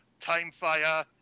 Timefire